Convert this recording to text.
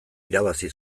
irabazi